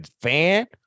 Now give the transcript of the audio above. fan